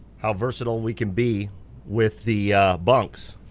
how versatile we can be with the bunks.